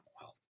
health